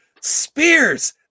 Spears